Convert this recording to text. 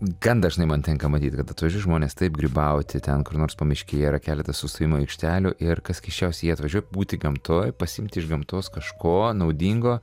gan dažnai man tenka matyti kad atvažiuos žmonės taip grybauti ten kur nors pamiškėj yra keletas sustojimų aikštelių ir kas keisčiausia jie atvažiuoja pabūti gamtoj pasiimti iš gamtos kažko naudingo